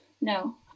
No